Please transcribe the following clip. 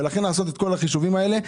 ולכן לעשות את כל החישובים האלה,